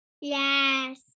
Yes